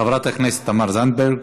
חברת הכנסת תמר זנדברג.